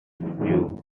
you